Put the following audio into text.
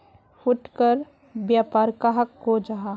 फुटकर व्यापार कहाक को जाहा?